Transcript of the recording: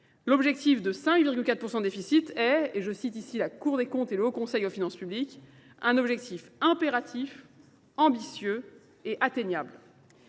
L'objectif de 5,4% de déficit est, et je cite ici la Cour des comptes et le Haut Conseil aux finances publiques, un objectif impératif, ambitieux et atteignable.